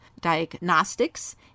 Diagnostics